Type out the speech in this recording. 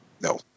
No